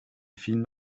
film